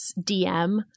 DM